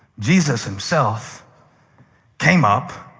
jesus himself came up.